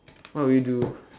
what will you do